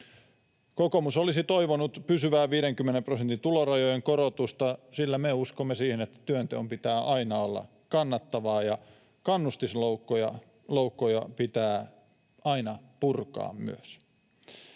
Kokoomus olisi toivonut pysyvää 50 prosentin tulorajojen korotusta, sillä me uskomme siihen, että työnteon pitää aina olla kannattavaa ja kannustusloukkuja myös pitää aina purkaa.